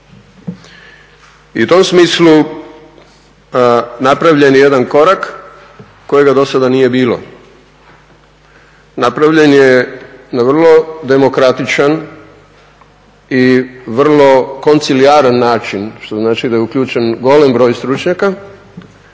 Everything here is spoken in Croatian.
I u tom smislu napravljen je jedan korak kojega do sada nije bilo. Napravljen je na vrlo demokratičan i vrlo konzilijaran način što znači da je uključen golem broj stručnjaka